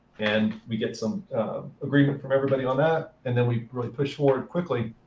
and we get some agreement from everybody on that, and then we really push forward quickly.